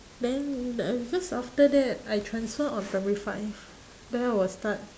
then the because after that I transfer on primary five then I will start